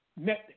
net